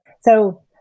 So-